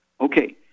Okay